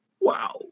wow